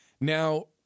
Now